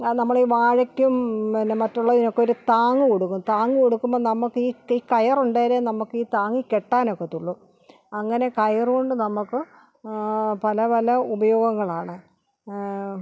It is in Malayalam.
നമ്മൾ ഈ വാഴയ്ക്കും പിന്നെ മറ്റുള്ളതിനുമൊക്കെ ഒരു താങ്ങ് കൊടുക്കും താങ്ങ് കൊടുക്കുമ്പോൾ നമുക്ക് ഈ കെ കയറുണ്ടെങ്കിലേ നമുക്ക് ഈ താങ്ങി കെട്ടാൻ ഒക്കത്തുള്ളൂ അങ്ങനെ കയറുകൊണ്ട് നമുക്ക് പലപല ഉപയോഗങ്ങളാണ്